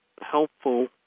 helpful